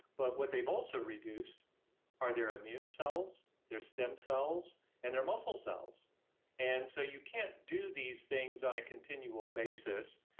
but what they've also reduced are their immune cells, their stem cells, and their muscle cells and so, you can't do these things on a continual basis,